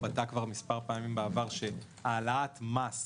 אני חושב ששר האוצר התבטא כבר מספר פעמים בעבר שהעלאת מס,